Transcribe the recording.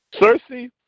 Cersei